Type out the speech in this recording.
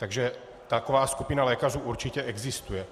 Takže taková skupina lékařů určitě existuje.